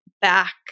back